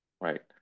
right